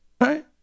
Right